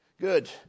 Good